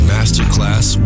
Masterclass